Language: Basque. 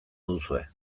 duzue